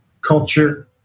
culture